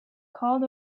called